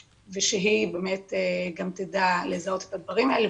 ושהיא גם תדע לזהות את המקרים האלה,